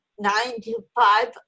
nine-to-five